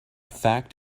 fact